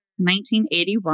1981